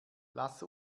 lass